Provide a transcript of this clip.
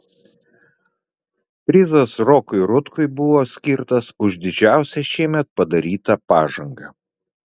prizas rokui rutkui buvo skirtas už didžiausią šiemet padarytą pažangą